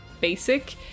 basic